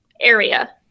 area